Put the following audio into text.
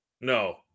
No